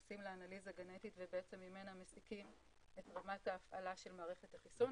עושים לה אנליזה גנטית וממנה מסיקים את רמת ההפעלה של מערכת החיסון,